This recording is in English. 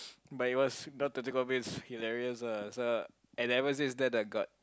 but it was now to think of it hilarious ah so and ever since then I got